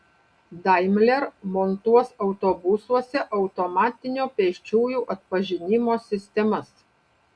daimler montuos autobusuose automatinio pėsčiųjų atpažinimo sistemas